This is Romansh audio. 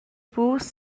purs